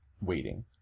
waiting